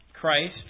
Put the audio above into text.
Christ